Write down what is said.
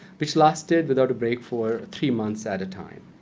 which lasted without a break for three months at a time.